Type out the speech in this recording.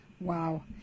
Wow